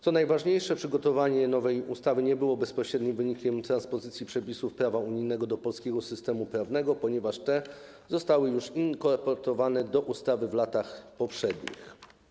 Co najważniejsze, przygotowanie nowej ustawy nie było bezpośrednim wynikiem transpozycji przepisów prawa unijnego do polskiego systemu prawnego, ponieważ te zostały już inkorporowane do ustawy w latach poprzednich.